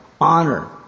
honor